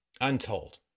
untold